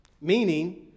meaning